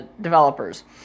developers